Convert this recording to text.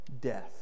death